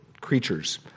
creatures